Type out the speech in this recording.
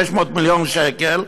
600 מיליון שקל.